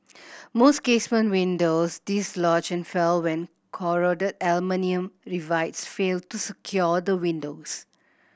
most casement windows dislodge and fall when corroded aluminium rivets fail to secure the windows